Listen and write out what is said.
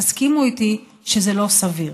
תסכימו איתי שזה לא סביר.